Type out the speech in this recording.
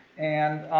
and